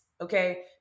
okay